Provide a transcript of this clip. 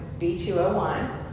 B201